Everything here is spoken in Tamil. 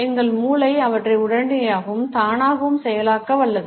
எங்கள் மூளை அவற்றை உடனடியாகவும் தானாகவும் செயலாக்க வல்லது